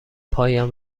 پایم